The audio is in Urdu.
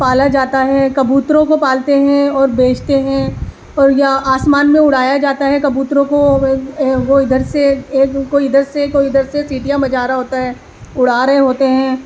پالا جاتا ہے کبوتروں کو پالتے ہیں اور بیچتے ہیں اور یا آسمان میں اڑایا جاتا ہے کبوتروں کو وہ ادھر سے کوئی ادھر سے کوئی ادھر سے سیٹیاں بجا رہا ہوتا ہے اڑا رہے ہوتے ہیں